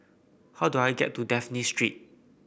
how do I get to Dafne Street